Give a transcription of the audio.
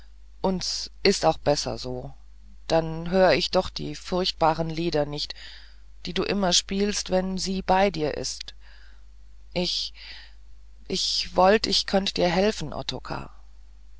und's is auch besser so dann hör ich doch die furchtbaren lieder nicht die du immer spielst wenn sie bei dir ist ich ich wollt ich könnt dir helfen